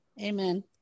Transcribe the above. Amen